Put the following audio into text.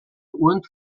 und